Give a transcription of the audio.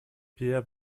peer